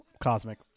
Cosmic